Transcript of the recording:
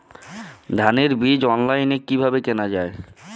ধানের বীজ অনলাইনে কিভাবে কেনা যায়?